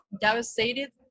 devastated